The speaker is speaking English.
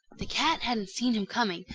the cat hadn't seen him coming,